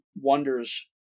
wonders